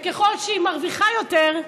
וככל שהיא מרוויחה יותר,